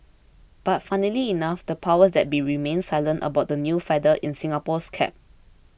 but funnily enough the powers that be remained silent about the new feather in Singapore's cap